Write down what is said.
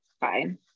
fine